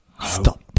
stop